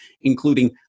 including